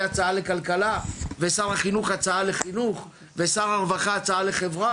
הצעה לכלכלה ושר החינוך הצעה לחינוך ושר הרווחה הצעה לחברה?